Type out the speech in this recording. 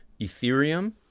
Ethereum